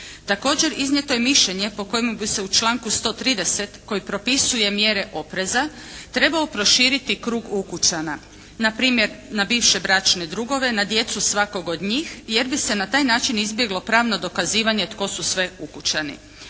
Također, iznijeti je mišljenje po kojem bi se u članku 130. koji propisuje mjere opreza trebao proširiti krug ukućana. Na primjer, na bivše bračne drugove, na djecu svakog od njih jer bi se na taj način izbjeglo pravno dokazivanje tko su sve ukućani.